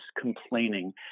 complaining